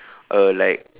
uh like